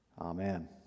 Amen